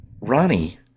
Ronnie